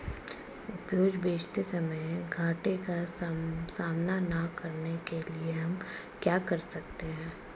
उपज बेचते समय घाटे का सामना न करने के लिए हम क्या कर सकते हैं?